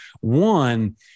one